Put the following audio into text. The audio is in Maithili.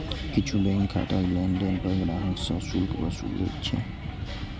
किछु बैंक खाताक लेनदेन पर ग्राहक सं शुल्क वसूलै छै